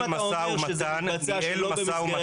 אם אתה אומר שזה מתבצע שלא במסגרת ההסכם